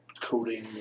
coding